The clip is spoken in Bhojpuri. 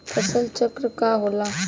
फसल चक्र का होला?